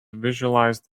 visualized